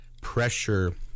pressure